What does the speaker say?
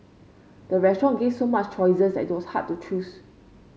the restaurant gave so much choices that it was hard to choose